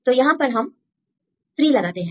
तो यहां पर हम 3 लगाते हैं